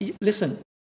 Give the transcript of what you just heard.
listen